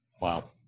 Wow